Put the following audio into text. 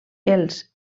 els